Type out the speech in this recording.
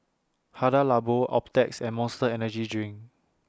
Hada Labo Optrex and Monster Energy Drink